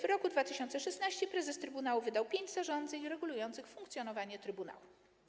W roku 2016 prezes trybunału wydał pięć zarządzeń regulujących funkcjonowanie trybunału.